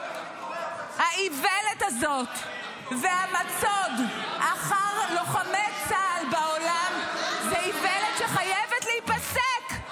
האיוולת הזאת והמצוד אחר לוחמי צה"ל בעולם זו איוולת שחייבת להיפסק,